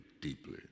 deeply